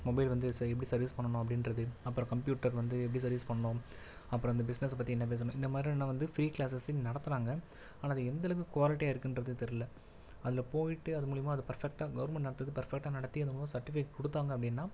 mobile வந்து ச எப்படி சர்வீஸ் பண்ணணும் அப்படின்றது அப்புறம் கம்ப்யூட்டர் வந்து எப்படி சர்வீஸ் பண்ணும் அப்புறம் அந்த பிஸ்னஸை பற்றி என்ன பேசணும் இந்த மாதிரியான வந்து ஃப்ரீ க்ளாசஸும் இங்கே நடத்துறாங்க ஆனால் அது எந்தளவுக்கு குவாலிட்டியாக இருக்குன்றது தெரில அதில் போயிவிட்டு அது மூலியமான அது பர்ஃபெக்ட்டாக கவர்மெண்ட் நடத்துறது பர்ஃபெக்ட்டாக நடத்தி அது மூலமாக சர்ட்டிவிகேட் கொடுத்தாங்க அப்படினா